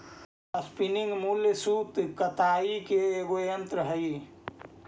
spinning mule सूत कताई के एगो यन्त्र हई